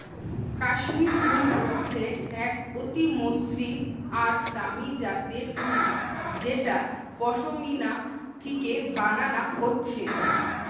কাশ্মীর উল হচ্ছে এক অতি মসৃণ আর দামি জাতের উল যেটা পশমিনা থিকে বানানা হচ্ছে